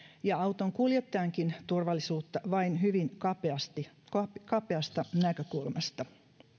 ja auton kuljettajankin turvallisuutta vain hyvin kapeasta näkökulmasta